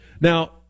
Now